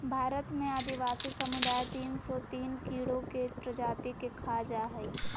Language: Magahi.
भारत में आदिवासी समुदाय तिन सो तिन कीड़ों के प्रजाति के खा जा हइ